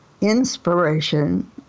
inspiration